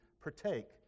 partake